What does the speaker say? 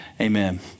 Amen